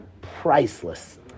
Priceless